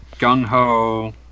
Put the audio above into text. Gung-Ho